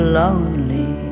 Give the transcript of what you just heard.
lonely